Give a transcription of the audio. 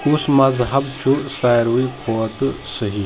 کُس مذہب چھُ ساروٕے کھوتہٕ صحیح ؟